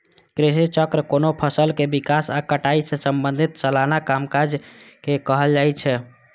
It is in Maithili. कृषि चक्र कोनो फसलक विकास आ कटाई सं संबंधित सलाना कामकाज के कहल जाइ छै